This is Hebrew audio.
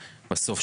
בסוף,